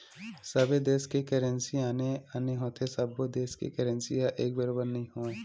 सबे देस के करेंसी आने आने होथे सब्बो देस के करेंसी ह एक बरोबर नइ होवय